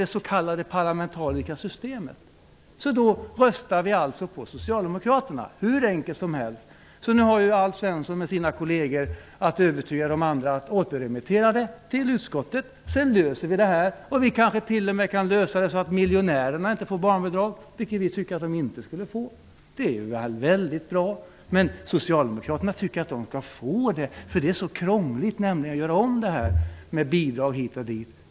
Det är hur enkelt som helst, för sådant är det parlamentariska systemet. Nu har Alf Svensson och hans kolleger att övertyga de andra om att återremittera till utskottet, och sedan löser vi det här. Vi kanske t.o.m. kan komma till en sådan lösning att miljonärerna inte får barnbidrag, vilket vi tycker att de inte borde ha. Men Socialdemokraterna tycker att miljonärerna skall få det, för det är så krångligt att göra om system med bidrag hit och dit.